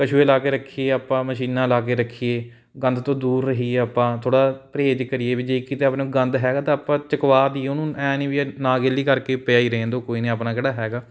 ਕਛੂਏ ਲਾ ਕੇ ਰੱਖੀਏ ਆਪਾਂ ਮਸ਼ੀਨਾਂ ਲਾ ਕੇ ਰੱਖੀਏ ਗੰਦ ਤੋਂ ਦੂਰ ਰਹੀਏ ਆਪਾਂ ਥੋੜ੍ਹਾ ਪਰਹੇਜ਼ ਕਰੀਏ ਵੀ ਜੇ ਕਿਤੇ ਆਪਣੇ ਗੰਦ ਹੈਗਾ ਤਾਂ ਆਪਾਂ ਚੁੱਕਵਾ ਦੀਏ ਉਹਨੂੰ ਐਂ ਨਹੀਂ ਵੀ ਨਾ ਗੈਲੀ ਕਰਕੇ ਪਿਆ ਹੀ ਰਹਿਣ ਦਿਉ ਕੋਈ ਨਾ ਆਪਣਾ ਕਿਹੜਾ ਹੈਗਾ